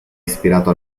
ispirato